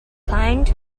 kind